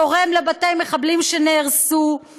תורם לבתי מחבלים שנהרסו,